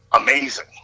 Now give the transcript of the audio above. amazing